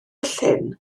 llyn